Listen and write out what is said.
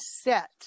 set